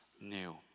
new